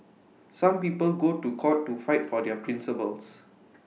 some people go to court to fight for their principles